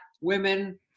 women